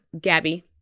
Gabby